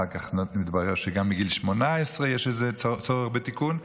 ואחר כך מתברר שגם מגיל 18 יש איזה צורך בתיקון.